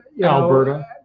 Alberta